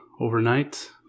overnight